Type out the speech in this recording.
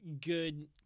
good